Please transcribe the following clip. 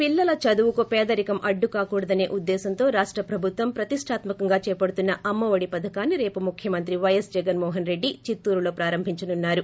పిల్లల చదువుకు పేదరికం అడ్డుకాకూడదసే ఉద్దేశ్యంతో రాష్ట ప్రభుత్వం ప్రతిష్టాత్మ కంగా చేపడుతున్న అమ్మ ఒడి పధకాన్ని రేపు ముఖ్యమంత్రి వైఎస్ జగన్మోహన్ రెడ్డి చిత్తూరులో ప్రారంభించనున్నారు